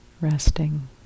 resting